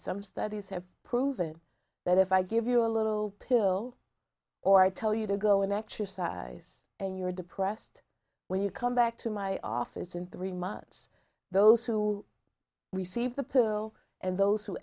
some studies have proven that if i give you a little pill or i tell you to go in exercise and you're depressed when you come back to my office in three months those who receive the pill and those who